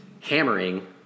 hammering